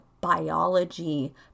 biology